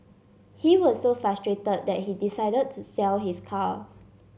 he was so frustrated that he decided to sell his car